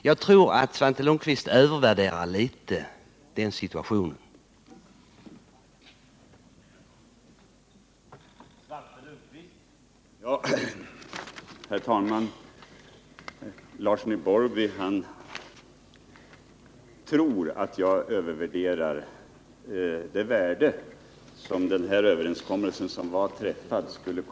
Jag tror att Svante Lundkvist något övervärderar vår förhandlingsposition i det läget.